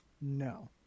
No